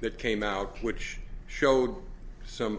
that came out which showed some